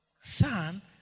son